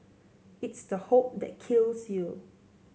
it's the hope that kills you